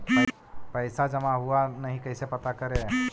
पैसा जमा हुआ या नही कैसे पता करे?